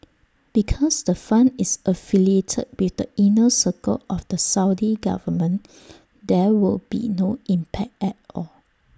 because the fund is affiliated with the inner circle of the Saudi government there will be no impact at all